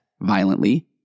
violently